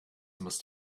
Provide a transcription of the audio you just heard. must